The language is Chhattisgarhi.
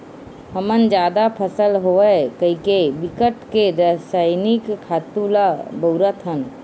हमन जादा फसल होवय कहिके बिकट के रसइनिक खातू ल बउरत हन